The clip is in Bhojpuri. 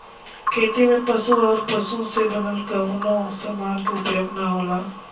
खेती में पशु आउर पशु से बनल कवनो समान के उपयोग ना होला